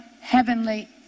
heavenly